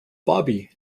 bobby